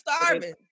starving